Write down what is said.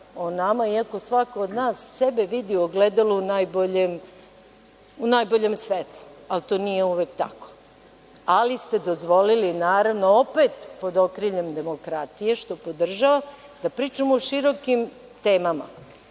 iako svako od nas sebe vidi u ogledalu u najboljem svetlu, ali to nije uvek tako. Ali ste dozvolili, naravno, opet pod okriljem demokratije, što podržavam, da pričamo o širokim temama.